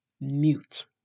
mute